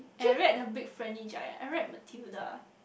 I read the Big-Friendly-Giant I read the Tailer